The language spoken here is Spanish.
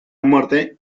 muerte